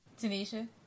Tanisha